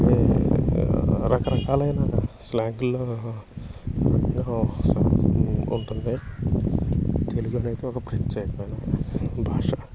రకరకాలైన స్లాంగుల్లో ఉంటుంది తెలుగు అనేది ఒక ప్రత్యేకమైన భాష